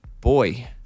boy